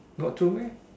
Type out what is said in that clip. got to meh